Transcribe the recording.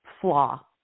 flaw